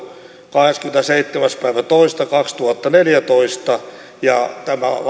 haastattelu kahdeskymmenesseitsemäs toista kaksituhattaneljätoista ja tämän haastattelun on antanut antti rinne joka oli